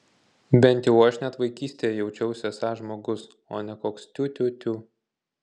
bent jau aš net vaikystėje jaučiausi esąs žmogus o ne koks tiu tiu tiu